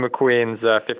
McQueen's